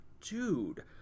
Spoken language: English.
dude